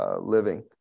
living